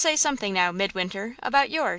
let's say something now, midwinter, about yours.